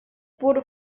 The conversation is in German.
wurde